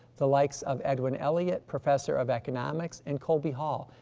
the likes of edwin elliot, professor of economics and colby hull,